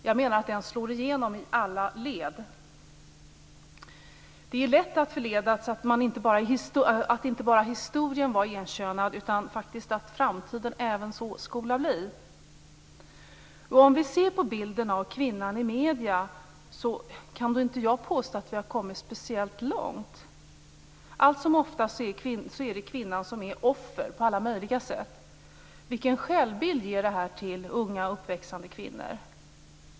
Jag menar att den slår igenom i alla led. Det är lätt att förledas att tro att inte bara historien varit enkönad utan att även framtiden så skola bli. Om man ser på bilden av kvinnan i medierna kan då inte jag påstå att vi har kommit speciellt långt. Allt som oftast är det kvinnan som är offer på alla möjliga sätt. Vilken självbild ger detta till unga uppväxande kvinnor?